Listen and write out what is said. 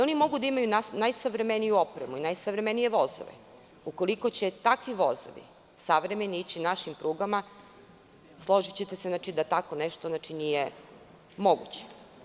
Oni mogu da imaju najsavremeniju opremu i najsavremenije vozilo, ukoliko će takvi vozovi savremeni ići našim prugama, složićete se da tako nešto nije moguće.